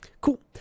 Cool